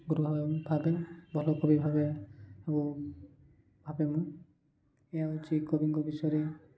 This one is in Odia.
ଗୁରୁ ଭାବେ ଭଲ କବି ଭାବେ ଏବଂ ଭାବେ ମୁଁ ଏହା ହଉଛି କବିଙ୍କ ବିଷୟରେ